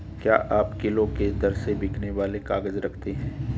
क्या आप किलो के दर से बिकने वाले काग़ज़ रखते हैं?